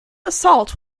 assault